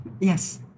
Yes